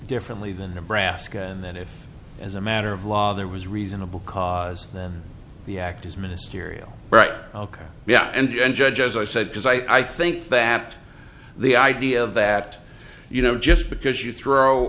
differently than nebraska and that if as a matter of law there was reasonable cause then the act is ministerial right yeah and judge as i said because i think that the idea that you know just because you throw